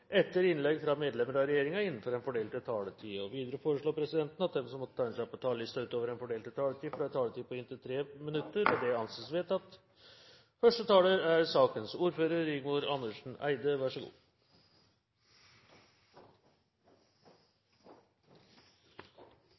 etter innlegg fra medlem av regjeringen innenfor den fordelte taletid. Videre blir det foreslått at de som måtte tegne seg på talerlisten utover den fordelte taletid, får en taletid på inntil 3 minutter. – Det anses vedtatt.